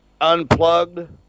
Unplugged